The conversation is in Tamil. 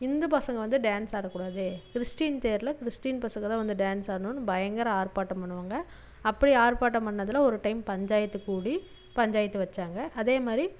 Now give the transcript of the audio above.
இந்து பசங்க வந்து டான்ஸ் ஆடக்கூடாது கிறிஸ்டின் தேரில் கிறிஸ்டின் பசங்க தான் வந்து டான்ஸ் ஆடணும் பயங்கர ஆர்பாட்டம் பண்ணுவாங்க அப்படி ஆர்பாட்டம் பண்ணதில் ஒரு டைம் பஞ்சாயத்து கூடி பஞ்சாயத்து வச்சாங்க அதேமாதிரி